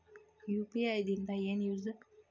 UPI ದಿಂದ ಏನು use?